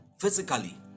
physically